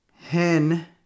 Hen